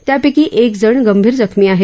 त्यापैकी एक जण गंभीर जखमी आहे